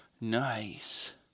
Nice